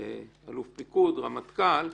אלוף פיקוד, רמטכ"ל,